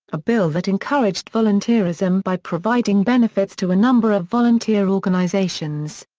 a bill that encouraged volunteerism by providing benefits to a number of volunteer organizations.